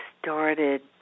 started